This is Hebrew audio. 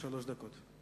שלוש דקות.